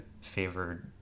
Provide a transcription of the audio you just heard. favored